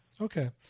Okay